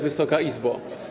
Wysoka Izbo!